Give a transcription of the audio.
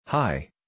Hi